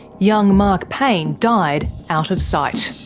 young mark payne died out of sight.